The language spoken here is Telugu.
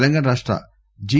తెలంగాణ రాష్ట జి